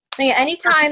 Anytime